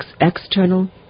external